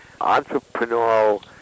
entrepreneurial